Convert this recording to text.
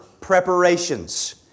preparations